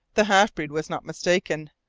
the half-breed was not mistaken.